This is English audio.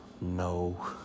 No